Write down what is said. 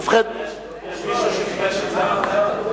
יש מישהו שביקש הצעה אחרת?